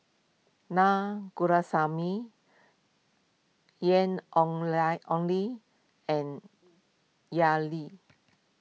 Na Ian Ong Ong Li and Yao Li